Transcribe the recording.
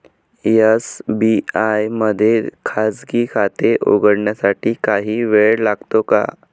SBI मध्ये खाजगी खाते उघडण्यासाठी काही वेळ लागतो का?